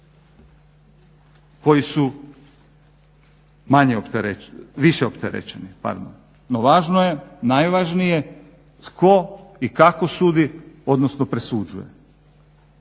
koji su više opterećeni. Pardon. No važno je, najvažnije tko i kako sudi, odnosno presuđuje.